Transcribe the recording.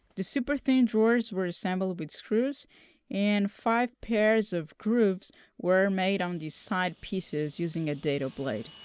the super thin drawers were assembled with screws and five pairs of grooves were made on these side pieces using a dado blade.